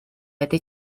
этой